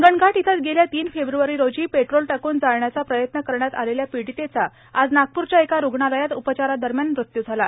हिंगणघाट इथं गेल्या तीन फेब्रवारी रोजी पेट्रोल टाकून जाळण्याचा प्रयत्न करण्यात आलेल्या पीडितेचा आज नागपूरच्या एका रूग्णालयात उपचारादरम्यान मृत्यू झाला